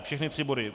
Všechny tři body.